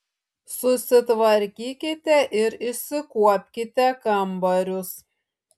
susitvarkykite ir išsikuopkite kambarius